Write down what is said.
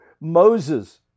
Moses